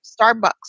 Starbucks